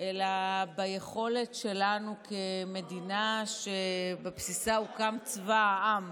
אלא ביכולת שלנו כמדינה שבבסיסה הוקם צבא העם,